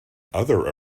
other